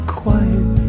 quiet